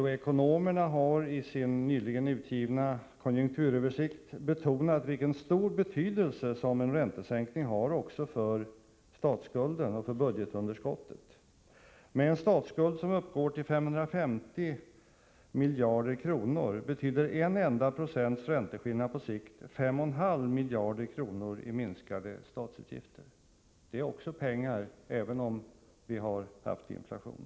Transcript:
LO-ekonomerna hari en nyligen presenterad konjunkturöversikt betonat den stora betydelse som en räntesänkning har även när det gäller statsskulden och budgetunderskottet. Med en statsskuld på 550 miljarder kronor betyder en enda procents ränteskillnad på sikt 5,5 miljarder kronor i minskade statsutgifter. Det är mycket pengar, även om vi har inflationen att ta hänsyn till.